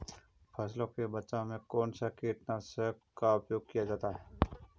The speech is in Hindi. फसलों के बचाव में कौनसा कीटनाशक का उपयोग किया जाता है?